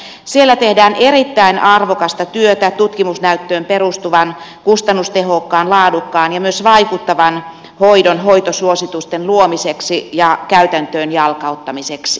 siellä tehdään erittäin arvokasta työtä tutkimusnäyttöön perustuvan kustannustehokkaan laadukkaan ja myös vaikuttavan hoidon hoitosuositusten luomiseksi ja käytäntöön jalkauttamiseksi